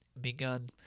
begun